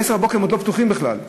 ב-10:00 הם לא פתוחים בכלל,